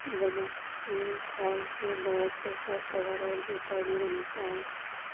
मगरमच्छ के खाल से बैग सोफा कवर और जूता भी बनता है